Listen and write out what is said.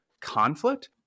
conflict